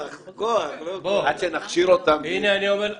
עד שנכשיר אותם יעבור זמן.